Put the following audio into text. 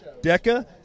DECA